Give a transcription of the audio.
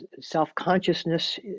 self-consciousness